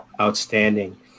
Outstanding